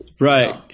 Right